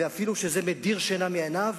ואפילו שזה מדיר שינה מעיניו.